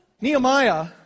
Nehemiah